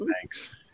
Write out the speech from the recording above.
Thanks